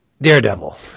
Daredevil